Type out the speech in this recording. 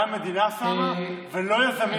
גם המדינה שמה, ולא יזמים שמים.